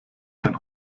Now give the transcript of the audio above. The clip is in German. kein